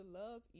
love